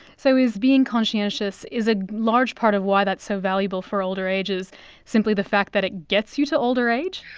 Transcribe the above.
so is being conscientious, is a large part of why that's so valuable for older ages simply the fact that it gets you to older age?